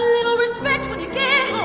little respect when you get